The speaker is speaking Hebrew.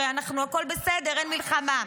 הרי הכול בסדר, אין מלחמה.